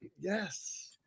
Yes